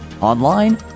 Online